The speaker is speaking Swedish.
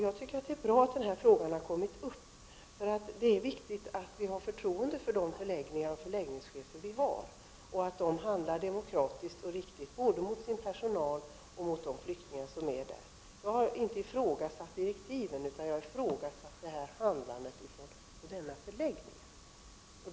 Jag tycker att det är bra att frågan har kommit upp, för det är viktigt att vi har förtroende för förläggningarna och att förläggningscheferna handlar demokratiskt och riktigt både mot sin personal och mot flyktingarna. Jag har inte ifrågasatt direktiven, utan jag har ifrågasatt handlandet från en enstaka förläggningschef.